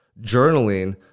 journaling